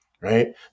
right